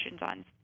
on